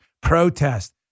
protest